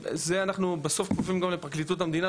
בסוף אנחנו כפופים לפרקליטות המדינה,